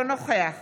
אינו נוכח